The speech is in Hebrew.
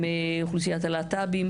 אם כלהט"ב,